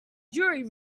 jury